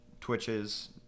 twitches